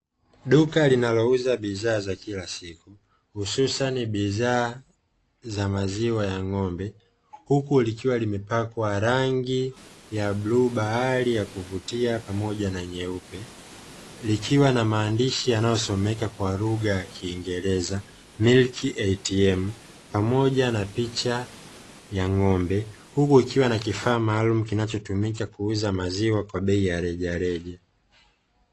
Duka linalouza bidhaa za kila siku, hususani bidhaa za maziwa ya ng'ombe, huku likiwa limepakwa rangi ya bluu bahari ya kuvutia pamoja na nyeupe, likiwa na maandishi yanayosomeka kwa lugha ya kiingereza "Milk ATM" pamoja na picha ya ng'ombe, huku ikiwa na kifaa maalumu kinachotumika kuuza maziwa kwa bei ya rejareja.